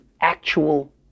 actual